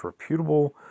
reputable